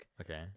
Okay